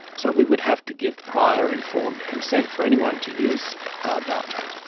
so we would have to give prior informed consent for anyone to use our data.